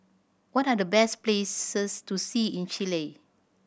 what are the best places to see in Chile